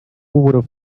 would